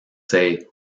say